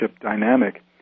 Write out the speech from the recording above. dynamic